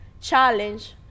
challenge